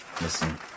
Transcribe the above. Listen